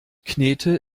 knete